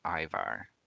Ivar